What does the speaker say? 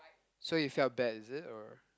so you felt bad is it or